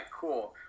cool